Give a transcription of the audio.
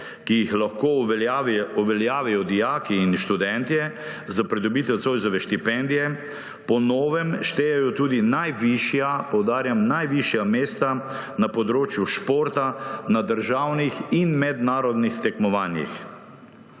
ki jih lahko uveljavijo dijaki in študentje za pridobitev Zoisove štipendije, po novem štejejo tudi najvišja, poudarjam najvišja mesta na področju športa na državnih in mednarodnih tekmovanjih.